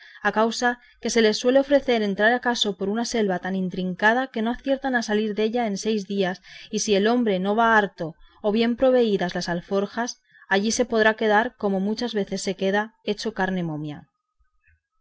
a causa que se les suele ofrecer entrar acaso por una selva tan intricada que no aciertan a salir della en seis días y si el hombre no va harto o bien proveídas las alforjas allí se podrá quedar como muchas veces se queda hecho carne momia